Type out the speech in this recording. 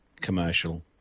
commercial